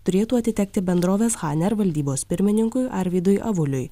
turėtų atitekti bendrovės haner valdybos pirmininkui arvydui avuliui